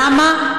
למה?